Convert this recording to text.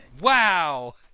Wow